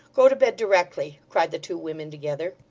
go to bed directly cried the two women together.